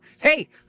hey